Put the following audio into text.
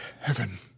heaven